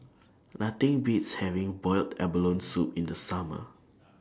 Nothing Beats having boiled abalone Soup in The Summer